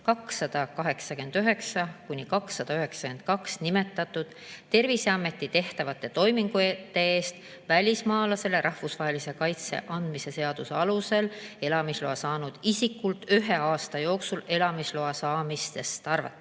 289–292 nimetatud Terviseameti tehtavate toimingute eest välismaalasele rahvusvahelise kaitse andmise seaduse alusel elamisloa saanud isikult ühe aasta jooksul elamisloa saamisest arvates.